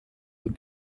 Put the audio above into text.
und